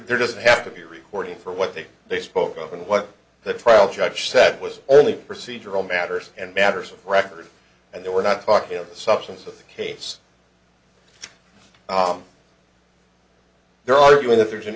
there doesn't have to be reporting for what they say they spoke of and what the trial judge said was only procedural matters and matters of record and they were not talking of the substance of the case they're arguing that there's an